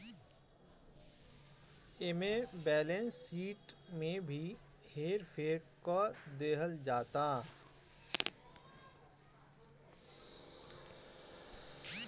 एमे balance sheet में भी हेर फेर क देहल जाता